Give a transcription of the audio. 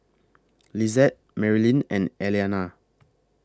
Lisette Marylin and Elliana